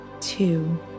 two